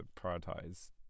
prioritize